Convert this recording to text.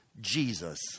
Jesus